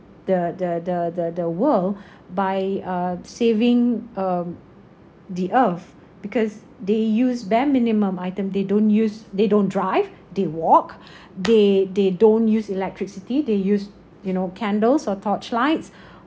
the the the the the world by uh saving um the earth because they use bare minimum item they don't use they don't drive they walk they they don't use electricity they use you know candles or torch lights